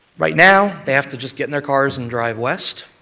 right now they have to just get in their cars and drive west.